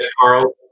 Carl